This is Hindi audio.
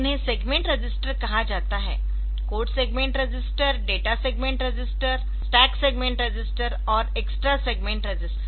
उन्हें सेगमेंट रजिस्टर कहा जाता है code segment register data segment register stack segment register और एक्स्ट्रा सेगमेंट रजिस्टर